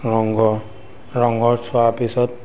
ৰংঘৰ ৰংঘৰ চোৱাৰ পিছত